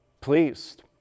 pleased